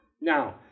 Now